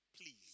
Please